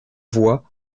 voix